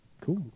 Cool